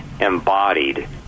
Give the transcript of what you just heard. embodied